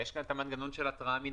צריך קודם לראות אם יש כאן אשמה או לא.